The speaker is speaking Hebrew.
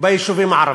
ביישובים הערביים.